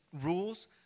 rules